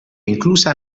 inclusa